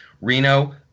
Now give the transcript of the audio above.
Reno